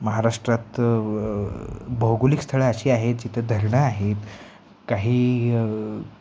महाराष्ट्रात भौगोलिक स्थळं अशी आहेत जिथं धरणं आहेत काही